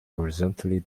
horizontally